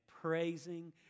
praising